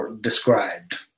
described